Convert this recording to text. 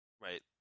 Right